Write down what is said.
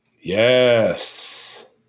Yes